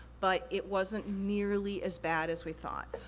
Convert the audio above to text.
but it wasn't nearly as bad as we thought.